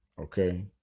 okay